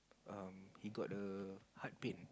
um he got a heart pain